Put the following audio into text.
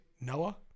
Noah